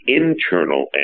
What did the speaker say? internal